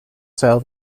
sail